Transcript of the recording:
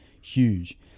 huge